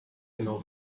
genau